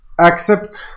accept